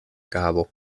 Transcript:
kabel